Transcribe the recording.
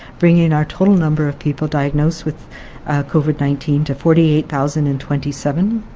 bringing our total number of people diagnosed with covid nineteen to forty eight thousand and twenty seven,